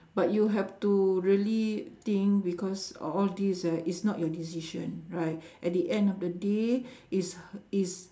but you have to really think because al~ all this ah is not your decision right at the end of the day is h~ is